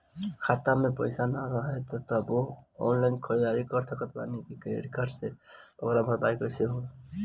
खाता में पैसा ना रही तबों ऑनलाइन ख़रीदारी कर सकत बानी क्रेडिट कार्ड से ओकर भरपाई कइसे होई?